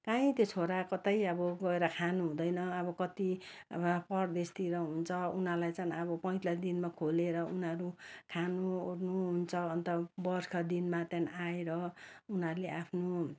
कहीँ त्यो छोरा कतै अब गएर खानु हुँदैन अब कति एउटा परदेशतिर हुन्छ उनीहरूलाई चाहिँ अब पैँतालिस दिनमा खोलेर उनीहरू खानुओर्नु हुन्छ अन्त वर्ष दिनमा त्यहाँदेखि आएर उनीहरूले आफ्नो